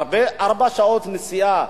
ארבע שעות נסיעה,